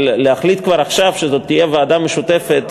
אבל להחליט כבר עכשיו שזו תהיה ועדה משותפת,